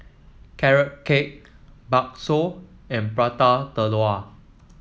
Carrot Cake bakso and Prata Telur